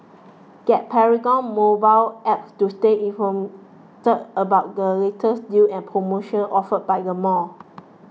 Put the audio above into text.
get Paragon's mobile Apps to stay informed about the latest deals and promotions offered by the mall